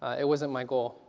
it wasn't my goal